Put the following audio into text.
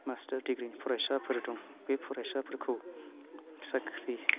master डिग्रिनि फरायसाफोर दं बे फरायसाफोरखौ साख्रि